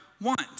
want